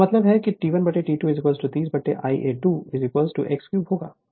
इसका मतलब है T1 T2 30 Ia2 x 3 होगा